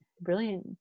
Brilliant